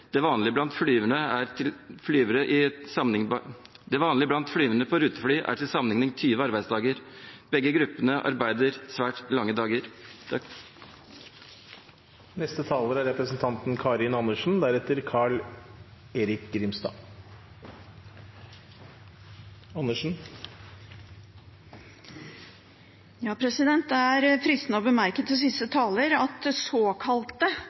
Det vanlige blant flyvere på rutefly er til sammenligning 20 arbeidsdager. Begge gruppene arbeider svært lange dager. Det er fristende å bemerke til siste taler at såkalte seriøse partier tydeligvis kan tillate seg å sitte og se på en slik krise som er varslet, som kommer, og at